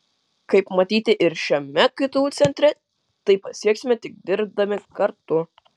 kaip matyti ir šiame ktu centre tai pasieksime tik dirbdami kartu